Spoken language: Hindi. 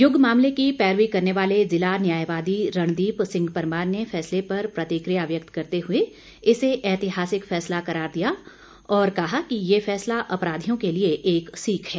युग मामले की पैरवी करने वाले जिला न्यायवादी रणदीप सिंह परमार ने फैसले पर प्रतिक्रिया व्यक्त करते हुए इसे ऐतिहासिक फैसला करार दिया और कहा कि ये फैसला अपराधियों के लिए एक सीख है